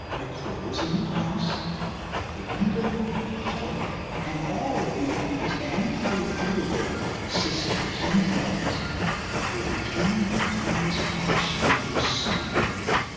the crows, and the grouse the eagle, the owl and all of the others and quite a few of their sisters and brothers were returning the kindness pa showed those snowbirds.